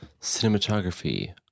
Cinematography